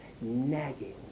nagging